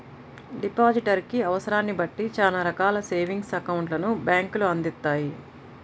depositor కి అవసరాన్ని బట్టి చానా రకాల సేవింగ్స్ అకౌంట్లను బ్యేంకులు అందిత్తాయి